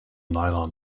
nylon